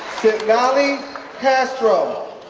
singali pastrol,